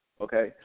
Okay